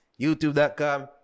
youtube.com